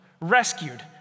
rescued